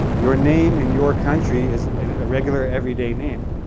your name in your country is a regular, everyday name,